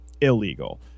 illegal